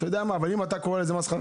אבל אם אתה קורא לזה כך,